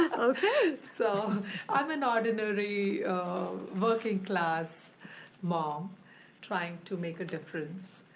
ah okay. so i'm an ordinary working class mom trying to make a difference.